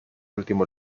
último